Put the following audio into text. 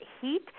heat